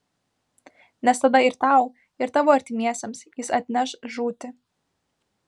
nes tada ir tau ir tavo artimiesiems jis atneš žūtį